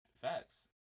Facts